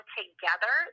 together